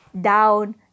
down